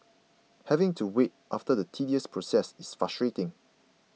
having to wait after the tedious process is frustrating